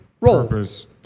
purpose